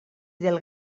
del